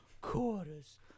Quarters